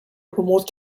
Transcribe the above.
remote